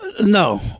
No